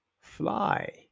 fly